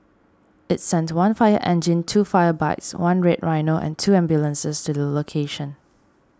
it sent one fire engine two fire bikes one Red Rhino and two ambulances to the location